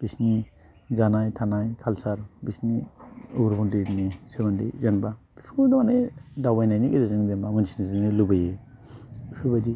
बिसोरनि जानाय थानाय काल्सार बिसोरनि उग्र'पन्थिनि सोमोन्दै जेनेबा बेफोरखौ माने दावबायनायनि गेजेरजों जेनेबा मोनथिजोबनो लुबैयो बेफोरबायदि